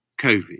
COVID